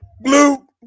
Blue